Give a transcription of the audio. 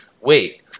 wait